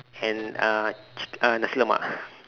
and uh ch~ uh nasi lemak